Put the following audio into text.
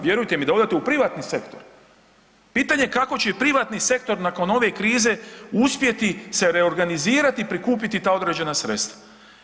Vjerujte mi da odete u privatni sektor, pitanje je kako će i privatni sektor nakon ove krize uspjeti se reorganizirati i prikupiti ta određena sredstva.